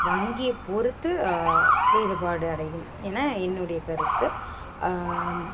வங்கியை பொறுத்து வேறுபாடு அடையும் என என்னுடைய கருத்து